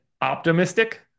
optimistic